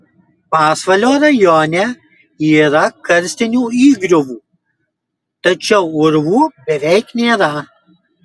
pasvalio rajone yra karstinių įgriuvų tačiau urvų beveik nėra